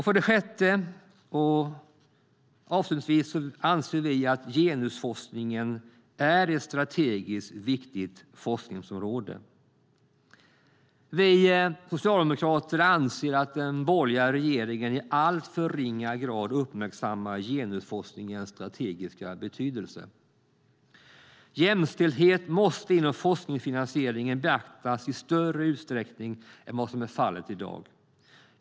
För det sjätte och avslutningsvis anser vi att genusforskning är ett strategiskt viktigt forskningsområde. Vi socialdemokrater anser att den borgerliga regeringen i alltför ringa grad uppmärksammar genusforskningens strategiska betydelse. Jämställdhet måste inom forskningsfinansieringen beaktas i större utsträckning än vad som är fallet i dag.